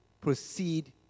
proceed